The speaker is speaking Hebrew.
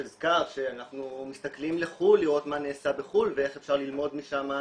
הזכרת שאנחנו מסתכלים לחו"ל לראות מה נעשה בחו"ל ואיך אפשר ללמוד משם,